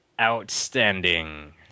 Outstanding